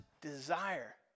desire